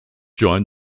joined